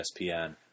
ESPN